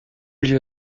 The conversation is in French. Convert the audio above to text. lieu